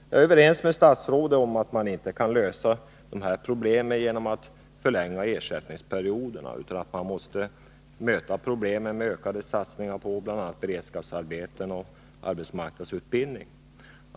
Jag är överens med statsrådet om att man inte kan lösa dessa problem genom att förlänga ersättningsperioderna utan att man måste möta problemen med ökade satsningar på bl.a. beredskapsarbeten och arbetsmarknadsutbildning.